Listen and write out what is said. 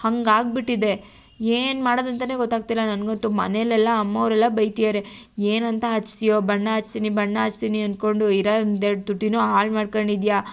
ಹಾಗಾಗ್ಬಿಟ್ಟಿದೆ ಏನು ಮಾಡೋದು ಅಂತಾನೇ ಗೊತ್ತಾಗ್ತಿಲ್ಲ ನನಗಂತು ಮನೇಲೆಲ್ಲ ಅಮ್ಮವರೆಲ್ಲ ಬೈತಿದ್ದಾರೆ ಏನಂತ ಹಚ್ತಿಯೋ ಬಣ್ಣ ಹಚ್ತೀನಿ ಬಣ್ಣ ಹಚ್ತೀನಿ ಅಂದ್ಕೊಂಡು ಇರೋ ಒಂದು ಎರಡು ತುಟಿಯು ಹಾಳು ಮಾಡ್ಕೊಂಡಿದ್ಯಾ